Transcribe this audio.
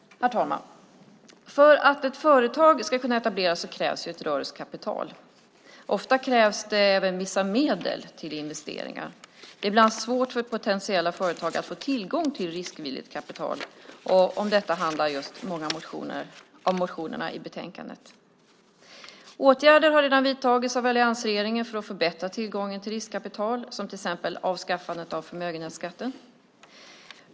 Herr talman! För att ett företag ska kunna etableras krävs ett rörelsekapital. Ofta krävs även vissa medel till investeringar. Det är ibland svårt för potentiella företag att få tillgång till riskvilligt kapital. Det handlar många av motionerna i betänkandet om. Åtgärder har redan vidtagits av alliansregeringen för att förbättra tillgången till riskkapital som till exempel avskaffandet av förmögenhetsskatten.